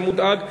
שמודאג,